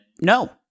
no